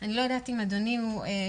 אני לא יודעת אם אדוני הוא אב.